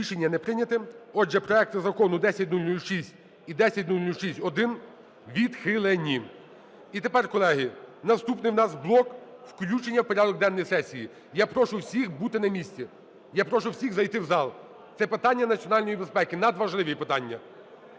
Рішення не прийняте. Отже, проекти закону 10006 і 10006-1 відхилені. І тепер, колеги, наступний у нас блок – включення у порядок денний сесії. Я прошу всіх бути на місці. Я прошу всіх зайти в зал. Це питання національної безпеки – надважливі питання.